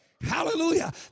hallelujah